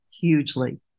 hugely